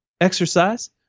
exercise